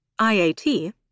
IAT